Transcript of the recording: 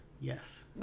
yes